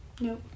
no